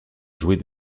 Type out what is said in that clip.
jouer